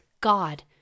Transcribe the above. God